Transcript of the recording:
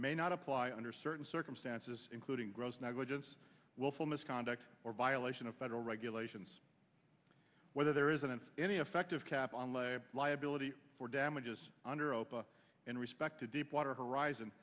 may not apply under certain circumstances including gross negligence willful misconduct or violation of federal regulations whether there isn't any effective cap on layer liability for damages under opa in respect to deepwater horizon